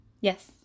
Yes